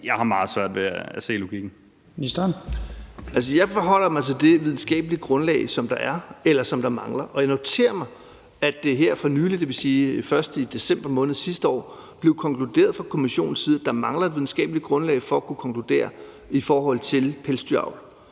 og fiskeri (Jacob Jensen): Jeg forholder mig til det videnskabelige grundlag, som der er, eller som der mangler. Og jeg noterer mig, at det her for nylig, dvs. først i december måned sidste år, blev konkluderet fra Kommissionens side, at der mangler et videnskabeligt grundlag for at kunne konkludere i forhold til pelsdyravl.